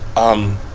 um,